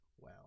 Wow